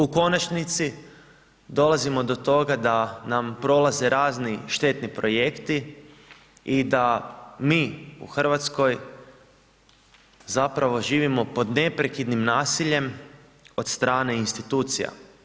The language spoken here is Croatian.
U konačnici dolazimo do toga da nam prolaze razni štetni projekti i da mi u Hrvatskoj zapravo živimo pod neprekidnim nasiljem od strane institucija.